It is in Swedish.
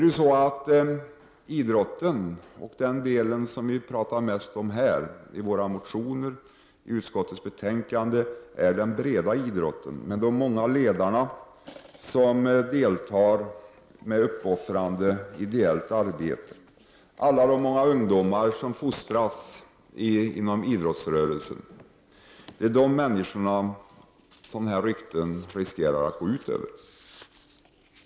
Den del av idrotten som vi talar mest om i våra motioner och i utskottets betänkande är den breda idrotten med de många ledarna som deltar med uppoffrande ideellt arbete och de många ungdomar som fostras inom idrottsrörelsen. Det är dessa människor sådana här rykten riskerar att gå ut över.